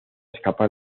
escapar